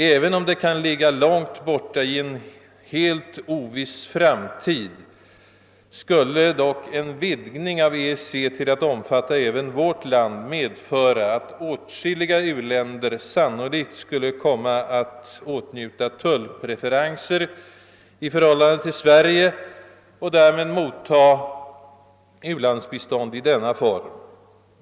Även om det kan ligga långt borta i en helt oviss framtid, skulle en utvidgning av EEC till att omfatta även vårt land medföra att åtskilliga u-länder sannolikt skulle komma att åtnjuta tullpreferenser i förhållande till Sverige och därmed mottaga u-landsbistånd i denna form.